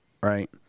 right